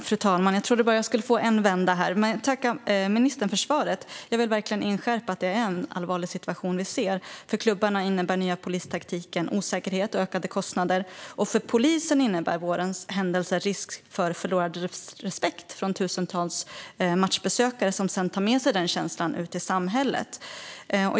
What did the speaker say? Fru talman! Jag tackar ministern för svaret! Jag vill verkligen inskärpa att det är en allvarlig situation vi ser. För klubbarna innebär den nya polistaktiken osäkerhet och ökade kostnader, och för polisen innebär vårens händelser risk för förlorad respekt från tusentals matchbesökare, som sedan tar med sig den känslan ut i samhället.